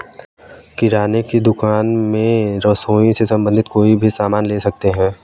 किराने की दुकान में रसोई से संबंधित कोई भी सामान ले सकते हैं